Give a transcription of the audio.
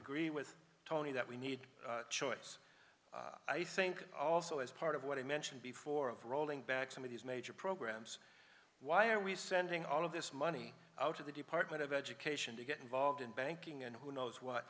agree with tony that we need choice i think also as part of what i mentioned before of rolling back some of these major programs why are we sending all of this money out of the department of education to get involved in banking and who knows what